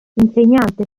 insegnante